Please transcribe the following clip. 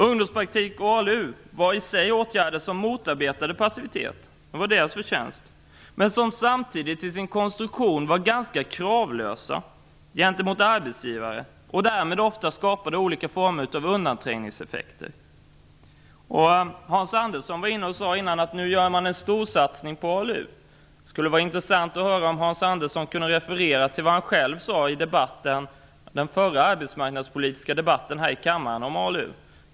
Ungdomspraktik och ALU var i sig åtgärder som motarbetade passivitet - det var deras förtjänst - men som samtidigt till sin konstruktion var ganska kravlösa gentemot arbetsgivarna och därmed ofta skapade olika former av undanträngningseffekter. Hans Andersson sade tidigare att man nu gör en storsatsning på ALU. Det skulle vara intressant att höra om Hans Andersson kunde referera till vad han själv sade i den förra arbetsmarknadspolitiska debatten här i kammaren om ALU.